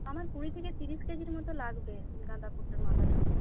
আমার কুড়ি থেকে তিরিশ কেজির মতো লাগবে গাঁদা ফুলটার মালাটা